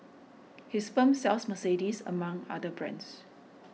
his firm sells Mercedes among other brands